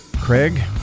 Craig